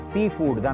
Seafood